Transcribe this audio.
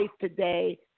today